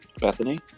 Bethany